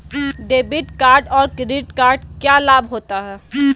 Debit card और credit card क्या लाभ होता है?